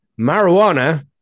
Marijuana